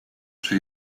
czy